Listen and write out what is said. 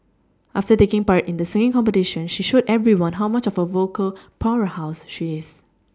after taking part in the singing competition she showed everyone how much of a vocal powerhouse she is